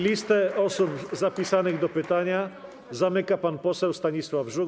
Listę osób zapisanych do zadania pytania zamyka pan poseł Stanisław Żuk.